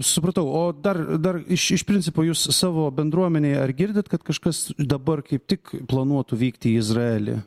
supratau o dar dar iš iš principo jūs savo bendruomenėj ar girdit kad kažkas dabar kaip tik planuotų vykti į izraelį